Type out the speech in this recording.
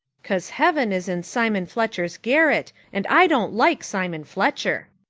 cause heaven is in simon fletcher's garret, and i don't like simon fletcher.